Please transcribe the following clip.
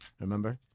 Remember